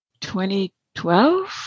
2012